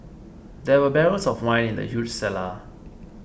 there were barrels of wine in the huge cellar